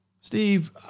Steve